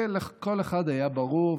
ולכל אחד היה ברור,